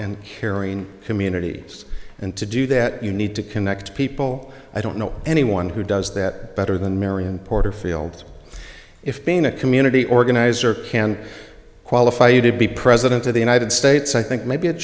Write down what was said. and caring communities and to do that you need to connect people i don't know anyone who does that better than marion porterfield if being a community organizer can qualify you to be president of the united states i think maybe it